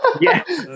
Yes